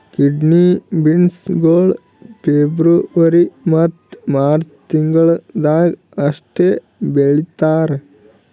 kidney beans ಗೊಳ್ February ಮತ್ತ March ತಿಂಗಿಳದಾಗ್ ಅಷ್ಟೆ ಬೆಳೀತಾರ್